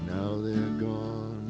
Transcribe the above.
now they're gone